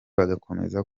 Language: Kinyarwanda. bagakomeza